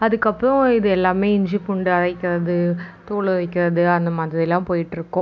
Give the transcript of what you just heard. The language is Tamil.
அதுக்கப்புறம் இது எல்லாமே இஞ்சிப் பூண்டு அரைக்கிறது தூள் அரைக்கிறது அந்த மாதிரிலாம் போயிகிட்ருக்கும்